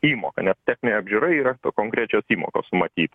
įmoka nes techninė apžiūra yra konkrečios įmokos matyt